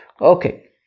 Okay